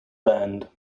band